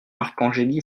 marcangeli